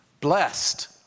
Blessed